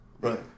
Right